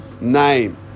name